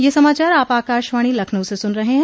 ब्रे क यह समाचार आप आकाशवाणी लखनऊ से सुन रहे हैं